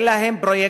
אין להם פרויקטים,